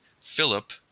Philip